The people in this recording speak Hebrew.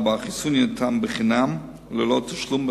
4. החיסון יינתן חינם וללא תשלום,